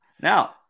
Now